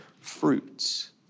fruits